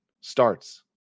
starts